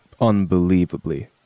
unbelievably